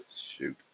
Shoot